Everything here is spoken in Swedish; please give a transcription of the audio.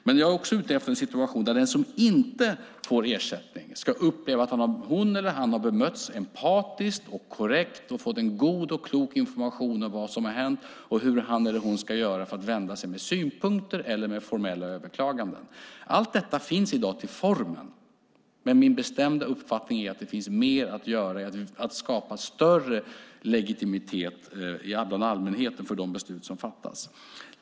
Men jag är också ute efter en situation där den som inte får ersättning ska uppleva att hon eller han har bemötts empatiskt och korrekt och fått en god och klok information om vad som har hänt och hur han eller hon ska göra för att lämna synpunkter eller formella överklaganden. Allt detta finns i dag till formen, men min bestämda uppfattning är att det finns mer att göra i att skapa större legitimitet hos allmänheten för de beslut som fattas.